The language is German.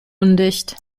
undicht